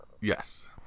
Yes